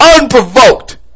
unprovoked